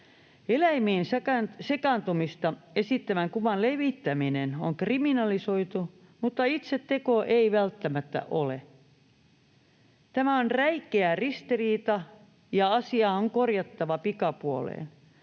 Eläimiin sekaantumista esittävän kuvan levittäminen on kriminalisoitu, mutta itse teko ei välttämättä ole. Tämä on räikeä ristiriita, ja asia on korjattava pikapuoleen.